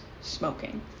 smoking